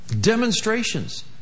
Demonstrations